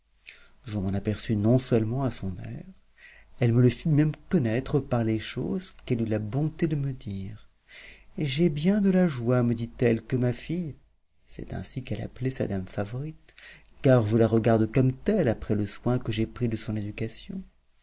je m'en aperçus non-seulement à son air elle me le fit même connaître par les choses qu'elle eut la bonté de me dire j'ai bien de la joie me dit-elle que ma fille c'est ainsi qu'elle appelait sa dame favorite car je la regarde comme telle après le soin que j'ai pris de son éducation